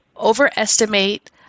overestimate